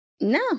No